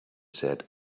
said